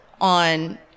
on